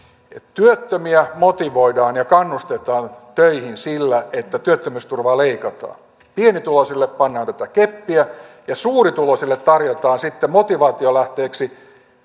työttömiä motivoidaan ja kannustetaan töihin sillä että työttömyysturvaa leikataan pienituloisille pannaan tätä keppiä ja suurituloisille tarjotaan sitten motivaatiolähteeksi